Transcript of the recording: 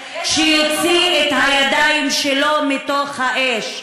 שיוציא את הידיים שלו מתוך האש.